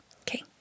Okay